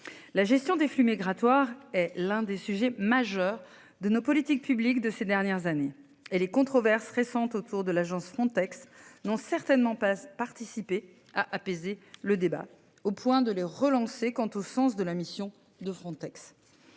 la gestion des flux migratoires, l'un des sujets majeurs de nos politiques publiques de ces dernières années et les controverses récentes autour de l'agence Frontex. Non, certainement pas participer à apaiser le débat. Au point de le relancer. Quant au sens de la mission de Frontex.